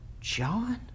John